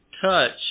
Touch